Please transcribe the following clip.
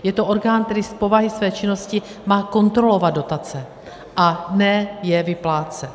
Je to orgán, který z povahy své činnosti má kontrolovat dotace, a ne je vyplácet.